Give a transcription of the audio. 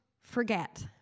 forget